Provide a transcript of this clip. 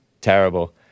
Terrible